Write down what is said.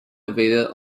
evaded